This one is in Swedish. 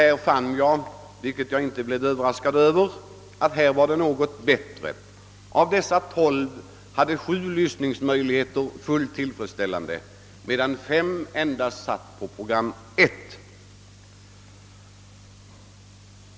Jag fann, vilket jag inte blev överraskad över, att situationen här var något bättre. Av dessa tolv hade sju fullt tillfredsställande lyssningsmöjligheter medan fem endast kunde höra program 1.